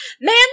Man